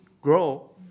grow